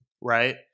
right